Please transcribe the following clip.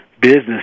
business